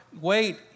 Wait